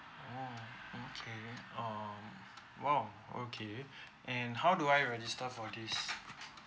orh okay um !wow! okay and how do I register for this